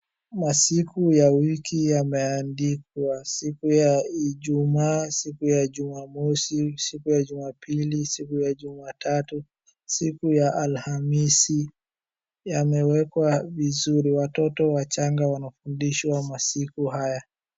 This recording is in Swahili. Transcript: Masiku ya wiki yameandikwa siku ya ijumaa, siku ya jumamosi , siku ya jumapili, siku ya jumatatu, siku ya alhamisi, yamewekwa vizuri. Watoto wachanga wanafundishwa masiku haya.